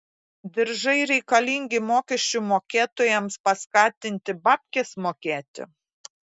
diržai reikalingi mokesčių mokėtojams paskatinti babkes mokėti